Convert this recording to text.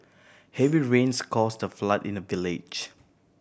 heavy rains caused a flood in the village